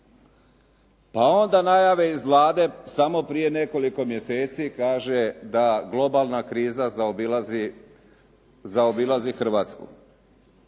Pa onda najave iz Vlade samo prije nekoliko mjeseci kaže da globalna kriza zaobilazi Hrvatsku